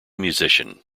musician